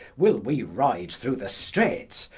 will we ride through the streets,